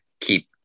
keep